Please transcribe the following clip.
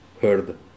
heard